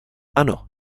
ano